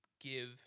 give